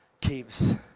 keeps